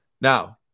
Now